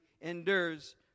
endures